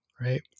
right